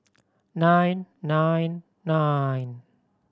nine nine nine